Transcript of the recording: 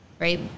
right